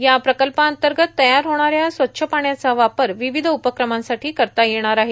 या प्रकल्पाअंतर्गत तयार होणाऱ्या स्वच्छ पाण्याचा वापर विविध उपक्रमांसाठी करता येणार आहे